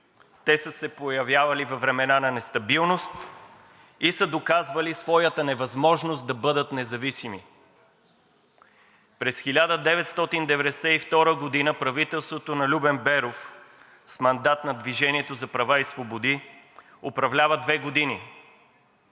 Те са се появявали във времена на нестабилност и са доказвали своята невъзможност да бъдат независими. През 1992 г. правителството на Любен Беров с мандат на „Движение за права и свободи“ управлява две години.